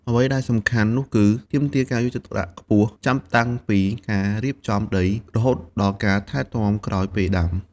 អ្វីដែលសំខាន់នោះគឺ ទាមទារការយកចិត្តទុកដាក់ខ្ពស់ ចាប់តាំងពីការរៀបចំដី រហូតដល់ការថែទាំក្រោយពេលដាំ។